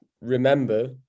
remember